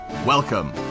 Welcome